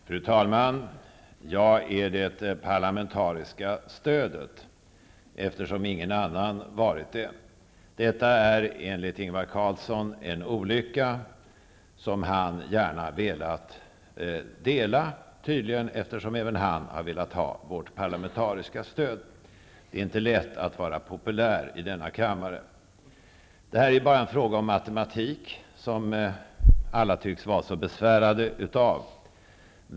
Fru talman! Jag är det parlamentariska stödet, eftersom ingen annan varit det. Detta är enligt Ingvar Carlsson en olycka, som han tydligen gärna velat dela, eftersom även han har velat ha vårt parlamentariska stöd. Det är inte lätt att vara populär i denna kammare. Detta är bara en fråga om matematik, som alla tycks vara så besvärade av.